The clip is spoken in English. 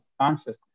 consciousness